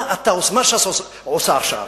מה ש"ס עושה עכשיו?